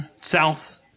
south